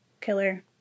killer